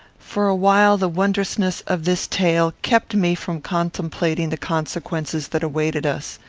for a while the wondrousness of this tale kept me from contemplating the consequences that awaited us.